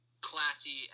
classy